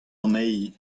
anezhi